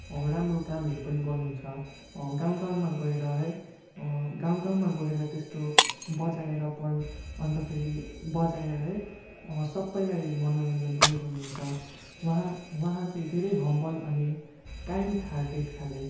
अब राम्रो कामहरू पनि गर्नुहुन्छ गाउँमा गाउँमा गएर है गाउँ गाउँमा गएर त्यस्तो बजाएर प्रम अन्त फेरि बजाएर है सबैलाई मनोरञ्जन पनि गर्नुहुन्छ उहाँ उहाँ चाहिँ धेरै हम्बल अनि काइन्ड हार्टेड खाले